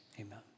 amen